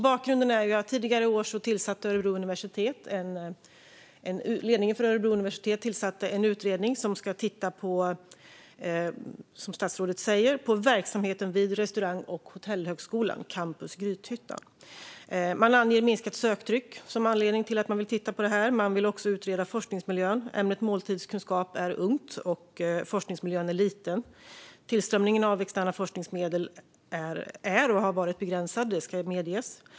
Bakgrunden är att tidigare i år tillsatte ledningen för Örebro universitet en utredning som ska titta på, som statsrådet säger, verksamheten vid Restaurang och hotellhögskolan Campus Grythyttan. Man anger minskat söktryck som anledning till att man vill titta på detta. Man vill också utreda forskningsmiljön. Ämnet måltidskunskap är ungt, och forskningsmiljön är liten. Tillströmningen av externa forskningsmedel är och har varit begränsad; det ska medges.